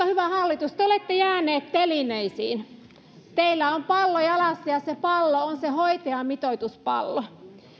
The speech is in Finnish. hyvä hallitus te olette jääneet telineisiin teillä on pallo jalassa ja se pallo on hoitajamitoituspallo